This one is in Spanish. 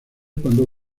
cuándo